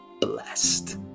blessed